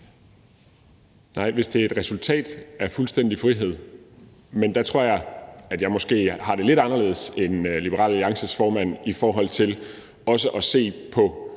(S): Hvis det er et resultat af fuldstændig frihed – men der tror jeg, at jeg måske har det lidt anderledes end Liberal Alliances formand i forhold til også at se på